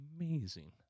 amazing